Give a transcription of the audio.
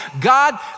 God